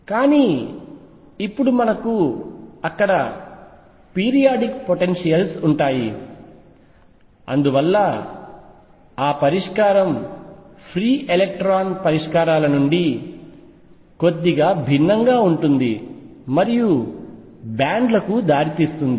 కానీ ఇప్పుడు మనకు అక్కడ పీరియాడిక్ పొటెన్షియల్స్ ఉంటాయి అందువల్ల ఆ పరిష్కారం ఫ్రీ ఎలక్ట్రాన్ పరిష్కారాల నుండి కొద్దిగా భిన్నంగా ఉంటుంది మరియు బ్యాండ్లకు దారితీస్తుంది